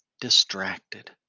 distracted